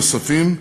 נוספים,